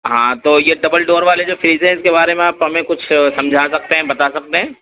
ہاں تو یہ ڈبل ڈور والے جو فریج ہیں اس کے بارے میں آپ ہمیں کچھ سمجھا سکتے ہیں بتا سکتے ہیں